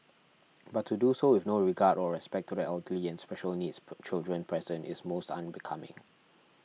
but to do so with no regard or respect to the elderly and special needs children present is most unbecoming